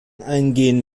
eingehen